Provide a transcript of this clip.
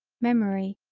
memory,